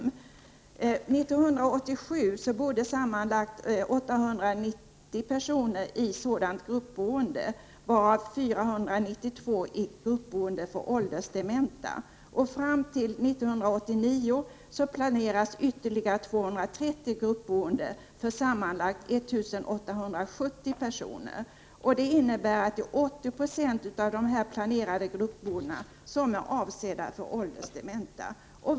År 1987 bodde sammanlagt 890 personer i gruppboende, varav 492 i bostäder för åldersdementa. Fram till 1989 planeras ytterligare 230 gruppboendeplatser för sammanlagt 1 870 personer. Det innebär att 80 96 av de planerade gruppboendeplatserna är avsedda för åldersdementa.